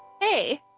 Hey